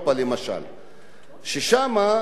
שם מתקבלים הסטודנטים,